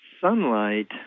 sunlight